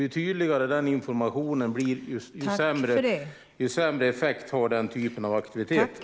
Ju tydligare den informationen blir, desto sämre effekt har den typen av aktiviteter.